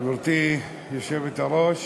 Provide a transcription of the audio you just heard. גברתי היושבת-ראש,